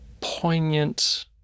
poignant